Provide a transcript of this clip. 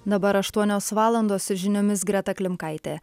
dabar aštuonios valandos su žiniomis greta klimkaitė